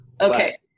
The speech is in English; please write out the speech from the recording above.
Okay